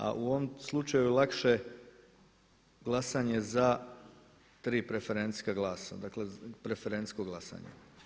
A u ovom slučaju lakše je glasanje za tri preferencijska glasa, dakle preferencijsko glasanje.